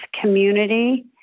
community